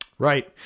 Right